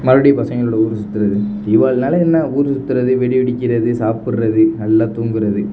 மறுபடியும் பசங்களோடு ஊர் சுத்துறது தீபாவளின்னாலே என்ன ஊர் சுத்தறது வெடி வெடிக்கிறது சாப்பிட்றது நல்லா தூங்குகிறது